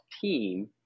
team